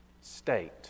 state